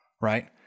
right